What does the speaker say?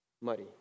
Muddy